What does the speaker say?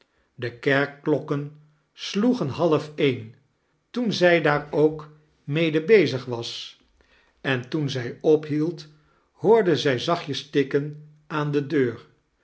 de kerkklokken sloegen half een toen zij daar ook mede bezig was en toen zij ophield hoorde zij zachtjes tikken aan de deur